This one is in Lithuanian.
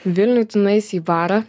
vilniuj tu nueisi į barą